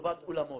לטובת אולמות.